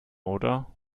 oder